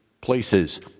places